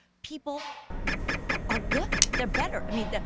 people are good. they're better. i mean, they're.